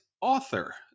Author